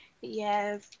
Yes